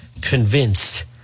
convinced